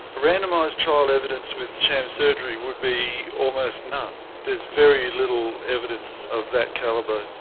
randomised trial evidence with sham surgery would be almost none, there's very little evidence of that calibre.